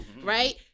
right